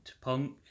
Punk